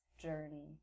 journey